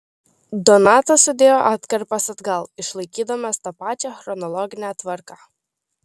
donatas sudėjo atkarpas atgal išlaikydamas tą pačią chronologinę tvarką